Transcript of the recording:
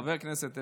חבר הכנסת טסלר,